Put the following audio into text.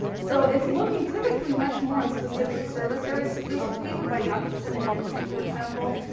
so it's looking typically much more in specific service areas. this paper by ah jacobsen and jensen for example,